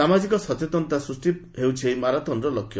ସାମାଜିକ ସଚେତନତା ସୃଷ୍ଟି ହେଉଛି ଏହି ମାରାଥନର ଲକ୍ଷ୍ୟ